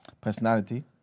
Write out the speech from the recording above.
personality